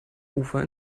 ufer